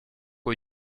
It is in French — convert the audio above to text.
aux